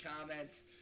comments